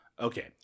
Okay